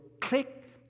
click